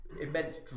immense